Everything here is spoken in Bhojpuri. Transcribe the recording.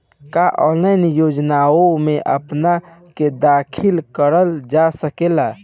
का ऑनलाइन योजनाओ में अपना के दाखिल करल जा सकेला?